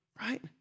right